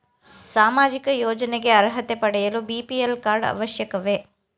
ಸಾಮಾಜಿಕ ಯೋಜನೆಗೆ ಅರ್ಹತೆ ಪಡೆಯಲು ಬಿ.ಪಿ.ಎಲ್ ಕಾರ್ಡ್ ಅವಶ್ಯಕವೇ?